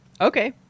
Okay